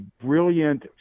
brilliant